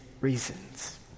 reasons